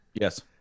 Yes